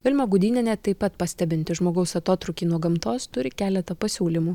vilma gudynienė taip pat pastebinti žmogaus atotrūkį nuo gamtos turi keletą pasiūlymų